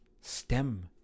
stem